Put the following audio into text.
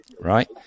right